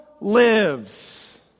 lives